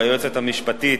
והיועצת המשפטית,